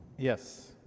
Yes